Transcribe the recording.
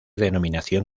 denominación